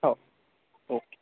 हो ओके